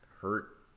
hurt